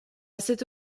cette